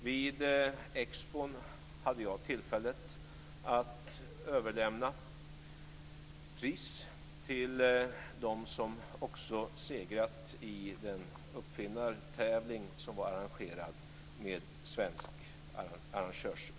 Vid Expon hade jag tillfället att överlämna pris till dem som också segrat i den uppfinnartävling som var arrangerad med svenskt arrangörsstöd.